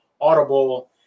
Audible